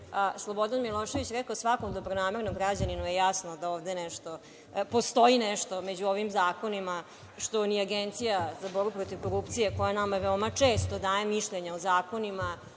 Slobodan Milošević reka – svakom dobronamernom građaninu je jasno da postoji nešto među ovim zakonima što ni Agencija za borbu protiv korupcije, koja nama veoma često daje mišljenje o zakonima,